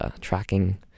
tracking